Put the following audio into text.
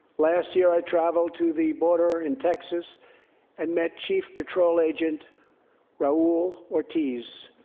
last year, i traveled to the border in texas and met chief patrol agent raul ortiz.